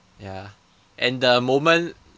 ya and the moment